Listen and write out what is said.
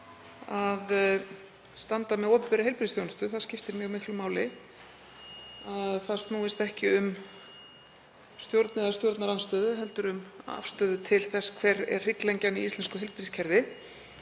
að standa með opinberri heilbrigðisþjónustu. Það skiptir mjög miklu máli að það snúist ekki um stjórn eða stjórnarandstöðu heldur um afstöðu til þess hver er hrygglengjan í íslensku heilbrigðiskerfi